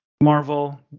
Marvel